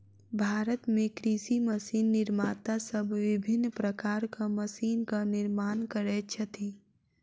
भारत मे कृषि मशीन निर्माता सब विभिन्न प्रकारक मशीनक निर्माण करैत छथि